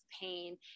pain